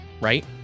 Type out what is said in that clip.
right